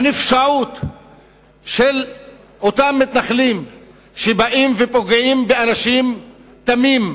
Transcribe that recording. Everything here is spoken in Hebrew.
הנפשעות של אותם מתנחלים שבאים ופוגעים באנשים תמים,